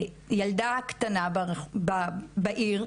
ילדה קטנה בעיר,